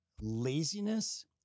laziness